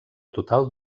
total